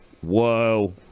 Whoa